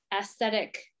aesthetic